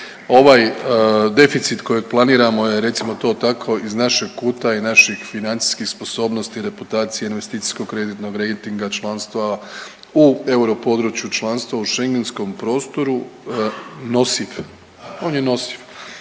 ovaj deficit kojeg planiramo je recimo to tako iz našeg kuta i naših financijskih sposobnosti, reputacije, investicijskog kreditnog rejtinga, članstva u europodručju, članstva u schengenskom prostoru, nosiv, on je nosiv,